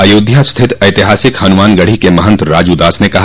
अयोध्या स्थित ऐतिहासिक हनुमान गढ़ी के महंत राजू दास ने कहा